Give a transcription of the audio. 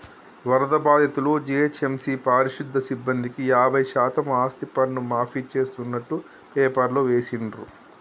వరద బాధితులు, జీహెచ్ఎంసీ పారిశుధ్య సిబ్బందికి యాభై శాతం ఆస్తిపన్ను మాఫీ చేస్తున్నట్టు పేపర్లో వేసిండ్రు